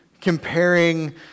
comparing